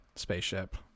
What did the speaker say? spaceship